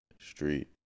street